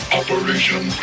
operation